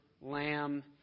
lamb